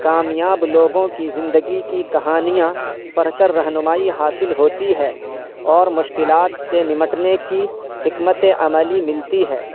کامیاب لوگوں کی زندگی کی کہانیاں پڑھ کر رہنمائی حاصل ہوتی ہے اور مشکلات سے نمٹنے کی حکمت عملی ملتی ہے